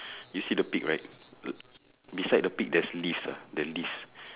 you see the pig right beside the pig there's leaves ah the leaves